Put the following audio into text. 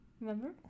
Remember